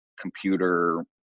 computer